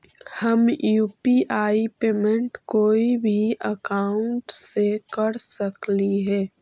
हम UPI payment कोई भी अकाउंट से कर सकली हे?